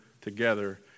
together